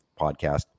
podcast